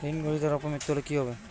ঋণ গ্রহীতার অপ মৃত্যু হলে কি হবে?